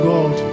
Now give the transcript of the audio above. God